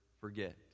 forget